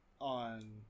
on